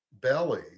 belly